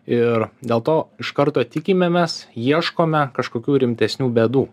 ir dėl to iš karto tikimėmės ieškome kažkokių rimtesnių bėdų